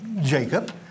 Jacob